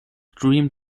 dream